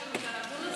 יש לכם את הנתון הזה?